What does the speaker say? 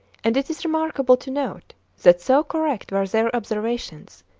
and it is remarkable to note that so correct were their observations,